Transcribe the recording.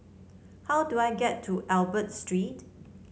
how do I get to Albert Street